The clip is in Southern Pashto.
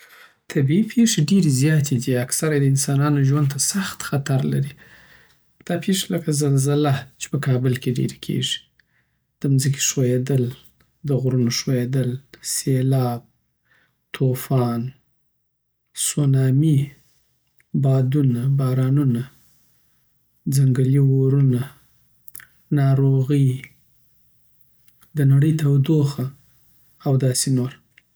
طبیعی پیښی ډيری زیاتی دی او اکثره یی د انسانانو ژوند ته سخت خطر لری. دا پیښی لکه زلزله چی په کابل کی ډیر کیږی د مځکی ښویدل دغرونو ښویدل سیلاب طوفان سونامی بادونه بارانونه ځنګلی ورونه ناروغی د نړی تودوخه او داسی نور